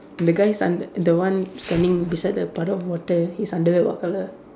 the guy's under the one standing beside the puddle of water his underwear what colour